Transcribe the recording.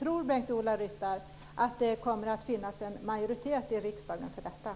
Tror Bengt-Ola Ryttar att det kommer att finnas majoritet i riksdagen för den?